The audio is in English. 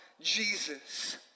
Jesus